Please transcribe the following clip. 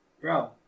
bro